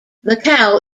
macau